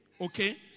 okay